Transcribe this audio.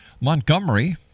Montgomery